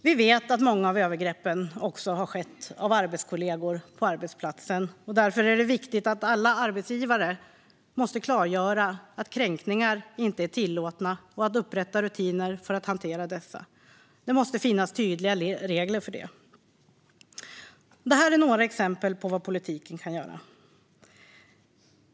Vi vet att många av övergreppen har skett av arbetskollegor på arbetsplatsen. Därför är det viktigt att alla arbetsgivare klargör att kränkningar inte är tillåtna och upprättar rutiner för att hantera sådana. Det måste finnas tydliga regler för det. Detta är några exempel på vad politiken kan göra.